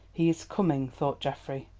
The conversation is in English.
he is coming, thought geoffrey.